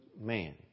man